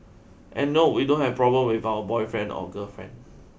and no we don't have problems with our boyfriend or girlfriend